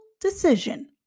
decision